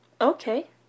Okay